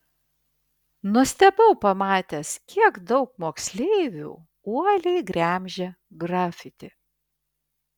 nustebau pamatęs kiek daug moksleivių uoliai gremžia grafiti